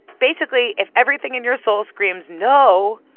basically, if everything in your soul screams no,